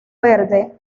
verde